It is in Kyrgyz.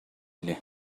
эле